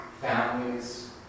families